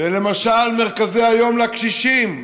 ולמשל מרכזי היום לקשישים,